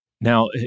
Now